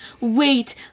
Wait